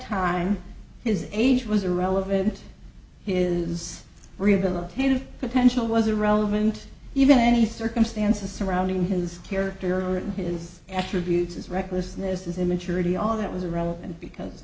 time his age was irrelevant his rehabilitated potential was irrelevant even any circumstances surrounding his character and his attributes his recklessness his immaturity all that was irrelevant because